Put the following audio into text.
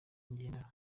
igendanwa